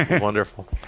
wonderful